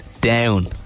Down